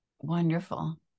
Wonderful